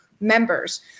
members